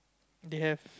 they have